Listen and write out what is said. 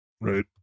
right